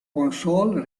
console